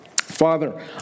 Father